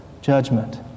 judgment